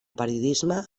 periodisme